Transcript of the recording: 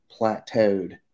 plateaued